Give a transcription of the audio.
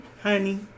honey